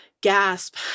gasp